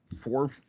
Four